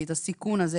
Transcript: את הסיכון הזה,